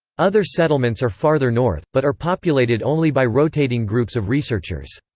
other settlements are farther north, but are populated only by rotating groups of researchers.